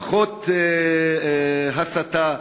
פחות הסתה,